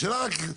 השאלה רק,